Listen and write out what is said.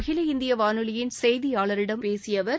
அகில இந்திய வானொலியின் செய்தியாளர்களிடம் பேசிய அவர்